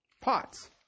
Pots